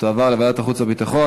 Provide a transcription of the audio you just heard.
שתועבר לוועדת החוץ והביטחון.